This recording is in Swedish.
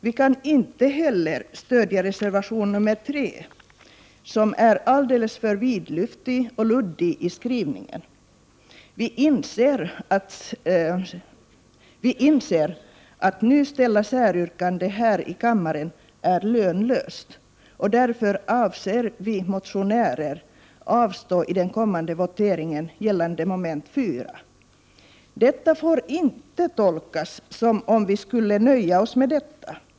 Vi kan inte heller stödja reservation 3, som är alldeles för vidlyftig och luddig i skrivningen. Vi inser att det är lönlöst att nu ställa säryrkande här i kammaren. Därför avser vi motionärer att avstå i den kommande voteringen beträffande mom. 3. Det får inte tolkas så, att vi skulle nöja oss med detta.